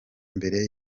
mbere